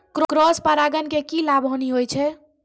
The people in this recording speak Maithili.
क्रॉस परागण के की लाभ, हानि होय छै?